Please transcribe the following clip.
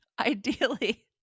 ideally